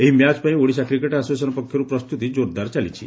ଏହି ମ୍ୟାଚ୍ ପାଇଁ Odisha cricket association ପକ୍ଷରୁ ପ୍ରସ୍ତୁତି ଜୋର୍ଦାର ଚାଲିଛି